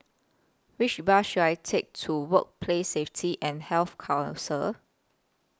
Which Bus should I Take to Workplace Safety and Health Council